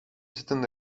zitten